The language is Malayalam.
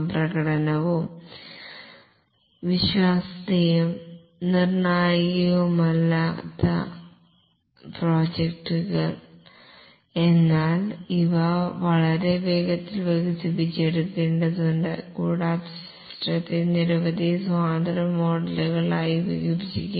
പ്രകടനവും വിശ്വാസ്യതയും നിർണായകമല്ലാത്ത പ്രോജക്ടുകൾ എന്നാൽ ഇവ വളരെ വേഗത്തിൽ വികസിപ്പിക്കേണ്ടതുണ്ട് കൂടാതെ സിസ്റ്റത്തെ നിരവധി സ്വതന്ത്ര മോഡലുകളായി വിഭജിക്കാം